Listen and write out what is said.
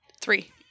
Three